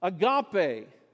Agape